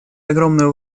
огромную